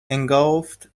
engulfed